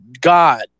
God